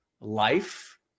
life